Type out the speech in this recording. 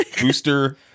booster